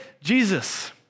Jesus